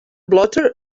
blotter